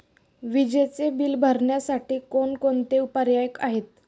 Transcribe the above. विजेचे बिल भरण्यासाठी कोणकोणते पर्याय आहेत?